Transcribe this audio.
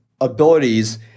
abilities